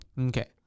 Okay